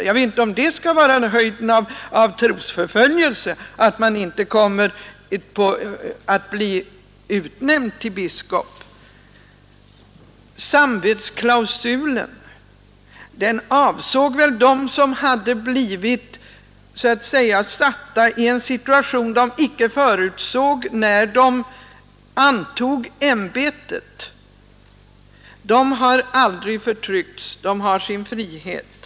Jag vet inte om det skulle vara höjden av trosförföljelse att en person inte blir utnämnd till biskop. Samvetsklausulen avsåg dem som hade blivit försatta i en situation som de icke förutsåg när de antog ämbetet. De har aldrig förtryckts, de har sin frihet.